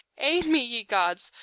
aid me, ye gods!